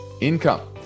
income